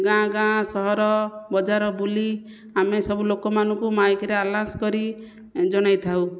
ଗାଁ ଗାଁ ସହର ବଜାର ବୁଲି ଆମେ ସବୁ ଲୋକମାନଙ୍କୁ ମାଇକ୍ରେ ଆଲାସ କରି ଜଣାଇଥାଉ